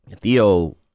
Theo